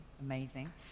amazing